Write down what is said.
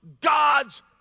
God's